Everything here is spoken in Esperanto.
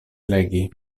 legi